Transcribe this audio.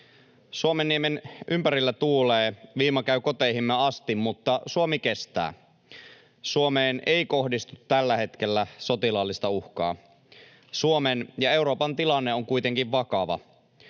Suomenniemen ympärillä tuulee. Viima käy koteihimme asti, mutta Suomi kestää. Suomeen ei kohdistu tällä hetkellä sotilaallista uhkaa. Suomen ja Euroopan tilanne on kuitenkin vakava.